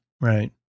Right